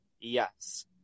yes